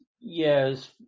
yes